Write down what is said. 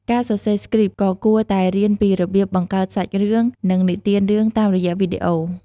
ការសរសេរស្គ្រីប ក៏គួរតែរៀនពីរបៀបបង្កើតសាច់រឿង និងនិទានរឿងតាមរយៈវីដេអូ។